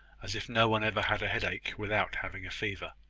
as if no one ever had a headache without having a fever.